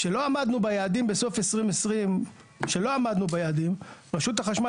כשלא עמדנו ביעדים בסוף 2020 רשות החשמל